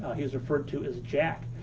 he was referred to as jack.